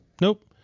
Nope